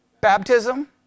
Baptism